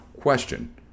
question